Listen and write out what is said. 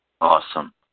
Awesome